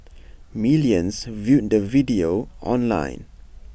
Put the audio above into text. millions viewed the video online